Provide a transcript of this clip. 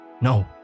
no